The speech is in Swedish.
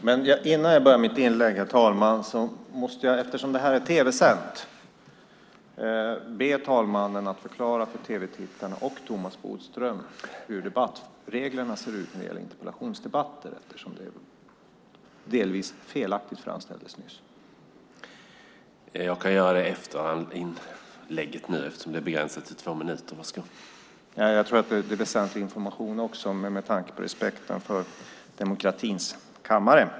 Herr talman! Innan jag börjar mitt inlägg måste jag, eftersom detta är tv-sänt, be talmannen förklara för tv-tittarna och Thomas Bodström hur debattreglerna ser ut för interpellationsdebatter. Det framställdes delvis felaktigt nyss. Jag tror att det är väsentlig information också med tanke på respekten för demokratins kammare.